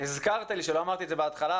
הזכרת לי שלא אמרתי את זה בהתחלה,